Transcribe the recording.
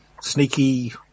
sneaky